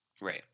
Right